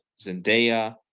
Zendaya